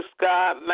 God